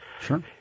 Sure